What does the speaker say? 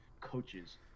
coaches